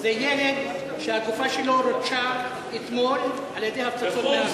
זה ילד שהגופה שלו רוטשה אתמול על-ידי הפצצות מהאוויר.